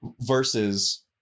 versus